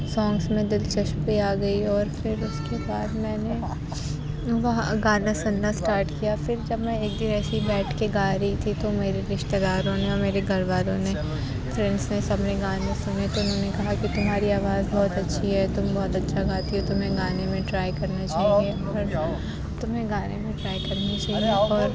songs میں دلچسپی آ گئی اور پھر اُس کے بعد میں نے وہاں گانا سُننا اسٹارٹ کیا پھر جب میں ایک دِن ایسے ہی بیٹھ کے گا رہی تھی تو میرے رشتے داروں نے اور میرے گھر والوں نے فرینڈس نے سب نے گانے سُنے تو اُنہوں نے کہا کہ تمہاری آواز بہت اچھی ہے تم بہت اچھا گاتی ہو تمہیں گانے میں ٹرائی کرنا چاہیے تمہیں گانے میں ٹرائی کرنی چاہیے اور